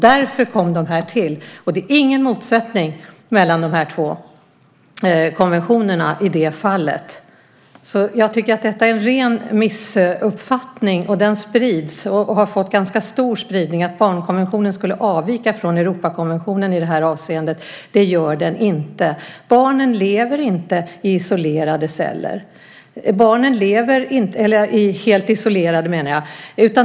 Därför kom de till. Det är ingen motsättning mellan de två konventionerna i det fallet. Detta är en ren missuppfattning, och det har fått en stor spridning att barnkonventionen skulle avvika från Europakonventionen i det avseendet. Det gör den inte. Barnen lever inte i isolerade celler - helt isolerade.